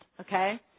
okay